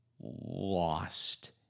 lost